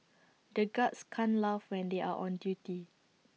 the guards can't laugh when they are on duty